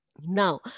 Now